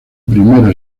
primera